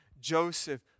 Joseph